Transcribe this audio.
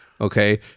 okay